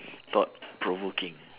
thought-provoking